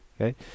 okay